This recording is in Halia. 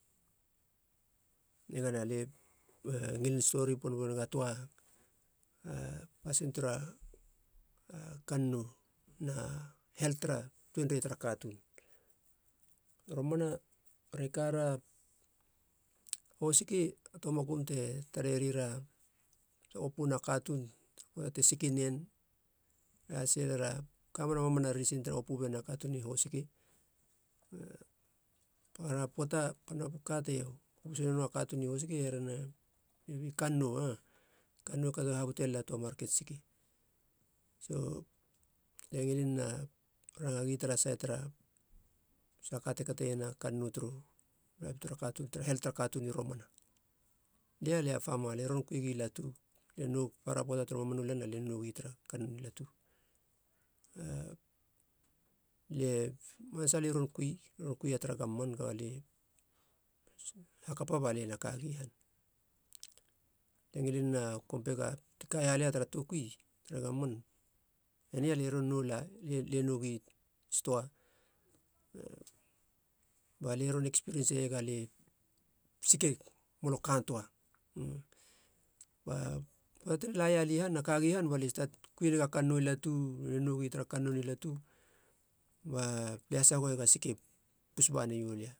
Nigana alie ngilin story pon bum nega a pasin tara a kannou na helt tara tuenrei tara katuun. Romana are kara hosiki a toa makum te tarerira te opona katuun poata te siki nen re atei silera kamena mamana risin te opo mena e herena mebi kannou. Aa kannou kato habute lala toa marken siki so lie ngilin rangagi tara sait tara saha ka te kateiena kannou turu laip tara katuun, tara helt tara katuun i romana. Lie, lia pama lie ron kuigi latu lie noug para poata turu mamanu lan lie noug tara kannou ni latu, alie masag lie ron kui ia tara gavman kaba lie hakapa balie na kagi han. Lie ngilin kompega ti kaia lia tara toukui tara govman, eni alie ron noula, lie nougi stoa balie ron ekspirien seiega alie sikig molo kantoa ba poata ba ti kaia lie han ba lie statin kuinega kannou latu le nougi tara kannou ni latu balie hasagoheg a siki bus bane iolia.